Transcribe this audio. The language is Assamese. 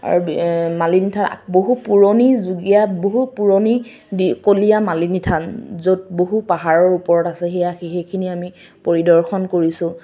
আৰু মালিনী থান বহু পুৰণি যুগীয়া বহু পুৰণিকলীয়া মালিনী থান য'ত বহু পাহাৰৰ ওপৰত আছে সেয়া সেইখিনি আমি পৰিদৰ্শন কৰিছোঁ